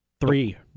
three